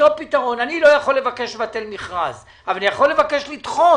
אני לא יכול לבקש לבטל מכרז אבל אני יכול לבקש לדחות.